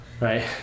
right